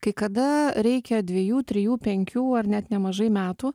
kai kada reikia dviejų trijų penkių ar net nemažai metų